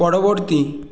পরবর্তী